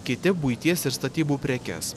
kiti buities ir statybų prekes